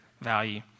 value